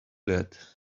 that